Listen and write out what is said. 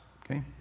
okay